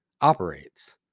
operates